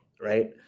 right